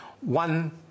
one